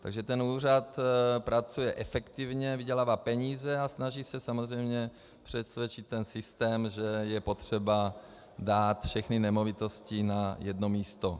Takže ten úřad pracuje efektivně, vydělává peníze a snaží se samozřejmě přesvědčit ten systém, že je potřeba dát všechny nemovitosti na jedno místo.